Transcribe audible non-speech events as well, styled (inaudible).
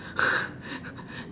(laughs)